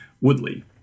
Woodley